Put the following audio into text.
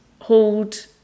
hold